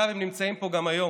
אגב, הם נמצאים פה גם היום,